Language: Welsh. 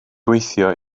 gweithio